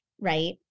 right